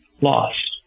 lost